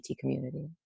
community